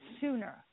sooner